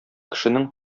кешенең